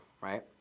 right